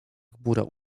gbura